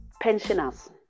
pensioners